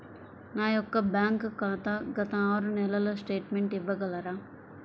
నా యొక్క బ్యాంక్ ఖాతా గత ఆరు నెలల స్టేట్మెంట్ ఇవ్వగలరా?